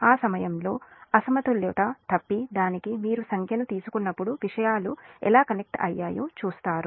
ఆ సమయంలో అసమతుల్య తప్పిదానికి మీరు సంఖ్యాను తీసుకున్నప్పుడు విషయాలు ఎలా కనెక్ట్ అయ్యాయో చూస్తారు